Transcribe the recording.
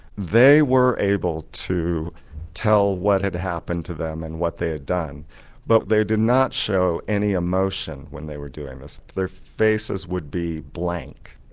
they were able to tell what had happened to them and what they had done but they did not show any emotion when they were doing this, their faces would be blank.